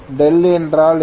δ என்றால் என்ன